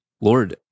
Lord